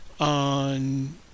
on